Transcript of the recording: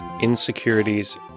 insecurities